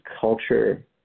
culture